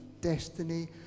destiny